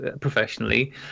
professionally